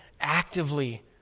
actively